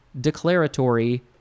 declaratory